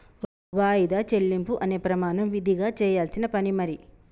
వాయిదా చెల్లింపు అనే ప్రమాణం విదిగా చెయ్యాల్సిన పని మరి